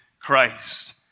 Christ